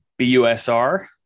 busr